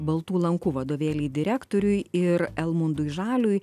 baltų lankų vadovėliai direktoriui ir elmundui žaliui